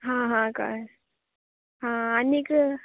हां हां कळ्ळें हां आनीक